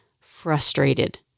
frustrated